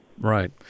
Right